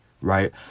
right